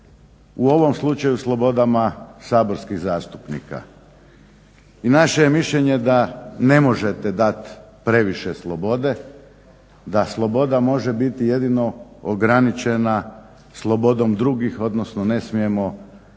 u ovom slučaju slobodama saborskih zastupnika. I naše je mišljenje da ne možete dati previše slobode, da sloboda može biti jedino ograničena slobodom drugih, odnosno ne smijemo